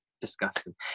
Disgusting